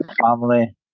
family